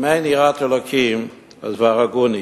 אם אין יראת אלוקים, והרגוני.